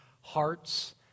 hearts